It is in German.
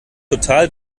total